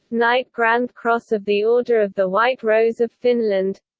knight grand cross of the order of the white rose of finland